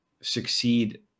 succeed